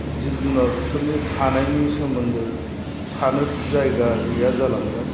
जिब जुनारफोरनि थानायनि सोमोन्दै थानो जायगा गैया जालांबाय